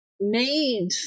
made